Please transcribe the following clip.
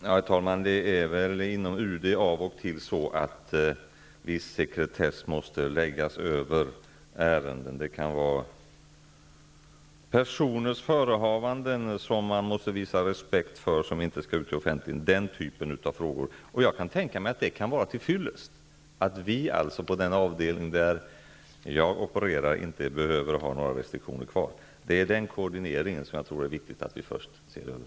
Herr talman! Det är inom UD av och till så, att viss sekretess måste läggas på en del ärenden. Det kan vara fråga om personers förehavanden, som man måste visa respekt för och som inte skall offentliggöras. Det är den typen av frågor som det rör sig om. Jag kan tänka mig att det kan vara till fyllest med att vi på den avdelning där jag opererar inte behöver ha kvar några restriktioner. De är den koordineringen som det är viktigt att vi först ser över.